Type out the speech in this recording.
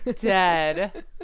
dead